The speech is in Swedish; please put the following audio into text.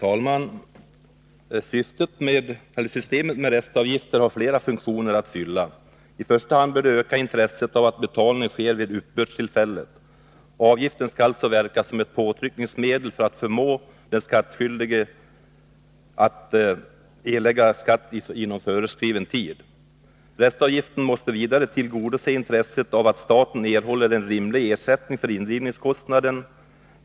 Herr talman! Systemet med restavgifter har flera funktioner att fylla. I första hand bör det öka intresset för betalning vid uppbördstillfället. Avgiften skall alltså verka som ett påtryckningsmedel för att förmå den betalningsskyldige att erlägga skatt inom föreskriven tid. Restavgiften måste vidare tillgodose intresset av att staten erhåller en rimlig ersättning för indrivningskostnaden.